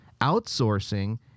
outsourcing